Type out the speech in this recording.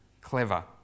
clever